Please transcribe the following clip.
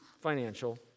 financial